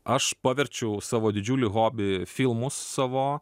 aš paverčiau savo didžiulį hobį filmus savo